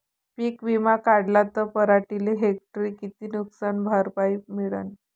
पीक विमा काढला त पराटीले हेक्टरी किती नुकसान भरपाई मिळीनं?